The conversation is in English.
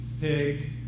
pig